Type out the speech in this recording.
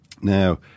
Now